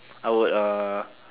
I would uh